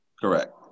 Correct